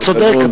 אתה צודק,